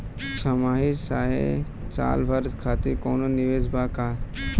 छमाही चाहे साल भर खातिर कौनों निवेश बा का?